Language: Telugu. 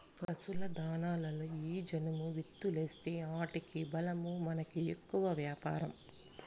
పశుల దాణాలలో ఈ జనుము విత్తూలేస్తీ ఆటికి బలమూ మనకి ఎక్కువ వ్యాపారం